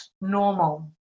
normal